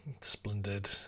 Splendid